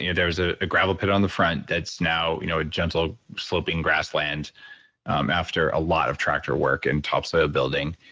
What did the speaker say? yeah there was ah a gravel pit on the front that's now you know a gentle sloping grassland um after a lot of tractor work and topsoil building,